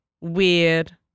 weird